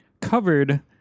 covered